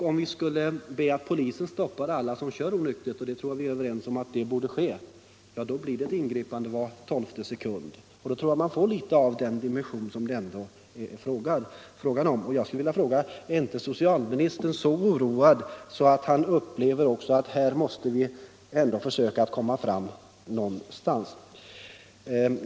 Om vi skulle be att polisen stoppar alla som kör onyktert — och jag tror att vi är överens om att det borde ske — skulle det bli ett ingripande var tolfte sekund. Då tror jag att man får litet av den dimension som det ändå gäller. Jag skulle vilja fråga: Är inte socialministern så oroad att han också upplever att vi här ändå måste försöka komma framåt?